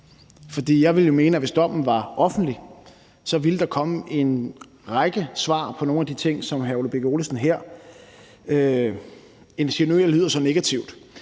jeg ville jo mene, at hvis dommen var offentlig, ville der komme en række svar på nogle af de ting, som hr. Ole Birk Olesen her insinuerer lyder så negativt.